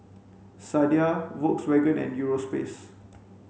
Sadia Volkswagen and Europace